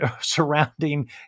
surrounding